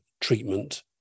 treatment